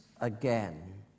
again